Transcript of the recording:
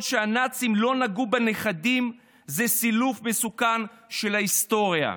שהנאצים לא נגעו בנכדים הם סילוף מסוכן של ההיסטוריה.